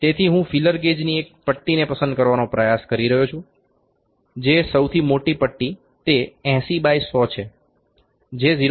તેથી હું અહીં ફીલર ગેજની એક પટ્ટીને પસંદ કરવાનો પ્રયાસ કરી રહ્યો છું જે સૌથી મોટી પટ્ટી તે 80 બાય 100 છે જે 0